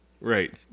right